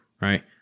right